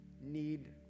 need